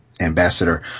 Ambassador